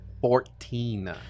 Fourteen